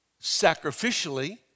sacrificially